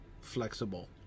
flexible